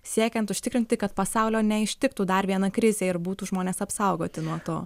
siekiant užtikrinti kad pasaulio neištiktų dar viena krizė ir būtų žmones apsaugoti nuo to